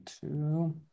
two